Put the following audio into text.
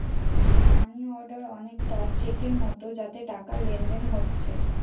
মানি order অনেকটা চেকের মতো যাতে টাকার লেনদেন হোচ্ছে